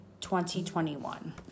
2021